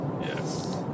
Yes